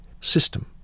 system